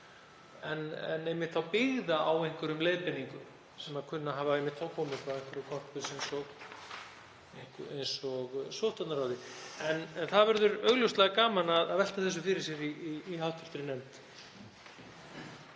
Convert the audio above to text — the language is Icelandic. en einmitt byggðar á einhverjum leiðbeiningum sem kunna að hafa komið frá einhverju corpus eins og sóttvarnaráði. En það verður augljóslega gaman að velta þessu fyrir sér í hv. nefnd.